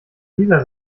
dieser